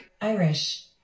Irish